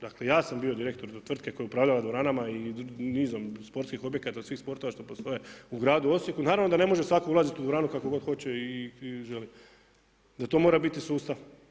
Dakle, ja sam bio direktor tvrtke koja je upravljala dvoranama i nizom sportskih objekata svih sportova što postoje u gradu Osijeku, naravno da ne može svatko ulaziti u dvoranu kako god hoće i želi, da to mora biti sustav.